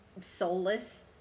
soulless